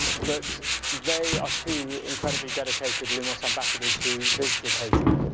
but they are two incredibly dedicated lumos ambassadors, who visited haiti,